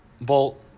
Bolt